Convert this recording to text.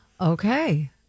Okay